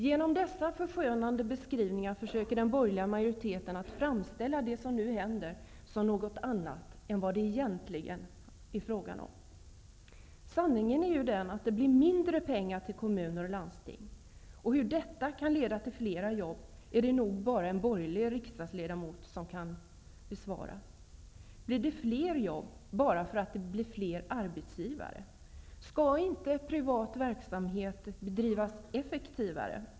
Genom dessa förskönande beskrivningar försöker den borgerliga majoriteten att framställa det som nu händer som något annat än vad det egentligen är frågan om. Sanningen är ju den att det blir mindre pengar till kommuner och landsting. Hur detta kan leda till flera jobb är det nog bara en borgerlig riksdagsledamot som kan svara på. Blir det flera jobb bara för att det är fler arbetsgivare? Skulle inte privat verksamhet bedrivas effektivare?